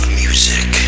music